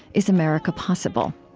is america possible?